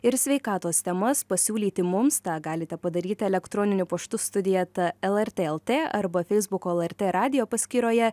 ir sveikatos temas pasiūlyti mums tą galite padaryti elektroniniu paštu studija eta lrt lt arba feisbuko lrt radijo paskyroje